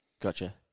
Gotcha